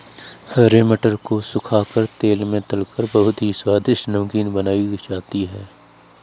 हरे मटर को सुखा कर तेल में तलकर बहुत ही स्वादिष्ट नमकीन बनाई जाती है